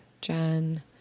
Jen